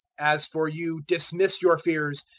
as for you, dismiss your fears.